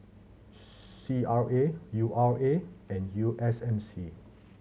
C R A U R A and U S M C